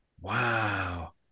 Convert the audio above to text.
Wow